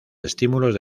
estímulos